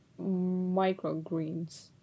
microgreens